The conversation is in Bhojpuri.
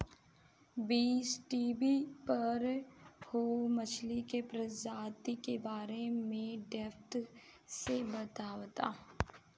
बीज़टीवी पर रोहु मछली के प्रजाति के बारे में डेप्थ से बतावता